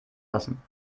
lassen